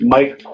Mike